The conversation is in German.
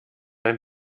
ein